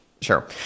Sure